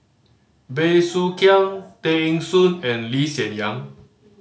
Bey Soo Khiang Tay Eng Soon and Lee Hsien Yang